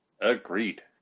Agreed